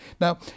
Now